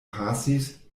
pasis